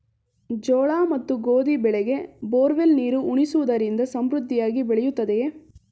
ಜೋಳ ಮತ್ತು ಗೋಧಿ ಬೆಳೆಗೆ ಬೋರ್ವೆಲ್ ನೀರು ಉಣಿಸುವುದರಿಂದ ಸಮೃದ್ಧಿಯಾಗಿ ಬೆಳೆಯುತ್ತದೆಯೇ?